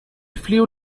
flew